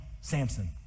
Samson